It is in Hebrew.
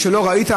משלא ראית,